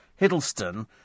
Hiddleston